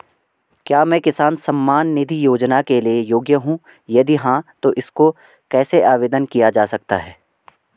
क्या मैं किसान सम्मान निधि योजना के लिए योग्य हूँ यदि हाँ तो इसको कैसे आवेदन किया जा सकता है?